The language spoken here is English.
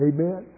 Amen